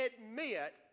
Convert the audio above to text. admit